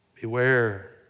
Beware